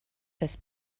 this